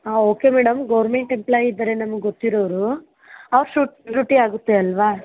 ಹಾಂ okay madam government employee ಇದಾರೆ ನಮ್ಗೆ ಗೊತ್ತಿರೋರು ಅವ್ರ ಶೂರುಟಿ ಆಗುತ್ತೆ ಅಲ್ಲವಾ